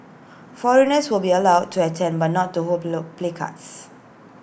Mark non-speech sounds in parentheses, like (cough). foreigners will be allowed to attend but not to hold (unintelligible) placards